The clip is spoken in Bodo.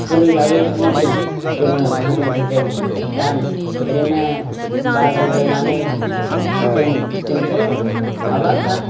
सोलिजायै सोमोन्दो जोंङो माहाजोनफोरजों दा बिदिनो बादिलायनानै जों जोंथ' माबाखा